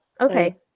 okay